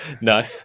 No